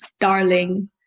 darling